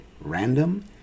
random